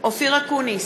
אופיר אקוניס,